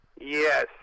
Yes